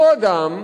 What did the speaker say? אותו אדם,